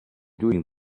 doing